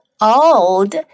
old